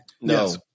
No